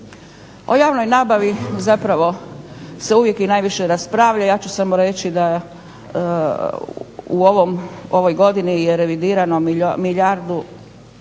O javnoj nabavi zapravo se uvijek i najviše raspravlja. Ja ću samo reći da u ovoj godini je revidirano milijardu,